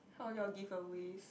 all your giveaways